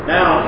Now